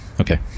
okay